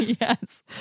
Yes